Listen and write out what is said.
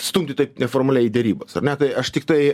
stumti taip neformaliai į derybą ne tai aš tiktai